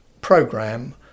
program